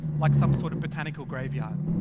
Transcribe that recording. like some sort of botanical graveyard.